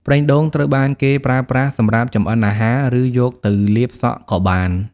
ប្រេងដូងត្រូវបានគេប្រើប្រាស់សម្រាប់ចម្អិនអាហារ ឬយកទៅលាបសក់ក៏បាន។